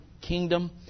kingdom